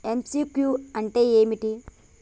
MCQ అంటే ఏమిటి?